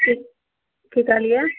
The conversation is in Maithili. की कहलियै